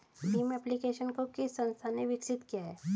Bhim application को किस संस्था ने विकसित किया है?